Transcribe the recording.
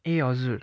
ए हजुर